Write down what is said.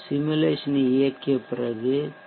சிமுலேசனை இயக்கிய பிறகு பி